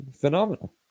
Phenomenal